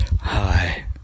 Hi